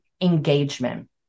engagement